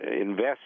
invest